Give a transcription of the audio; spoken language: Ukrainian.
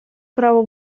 право